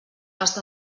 està